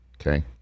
Okay